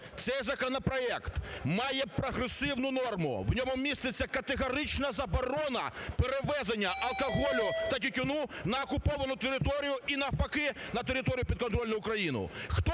Цей законопроект має прогресивну норму, в ньому міститься категорична заборона перевезення алкоголю та тютюну на окуповану територію і навпаки – на територію, підконтрольну Україну.